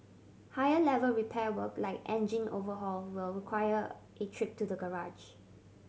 higher level repair work like engine overhaul will require a trip to the garage